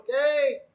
okay